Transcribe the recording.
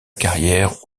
carrière